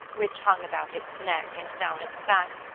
which hung about its neck and down its back,